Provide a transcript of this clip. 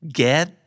get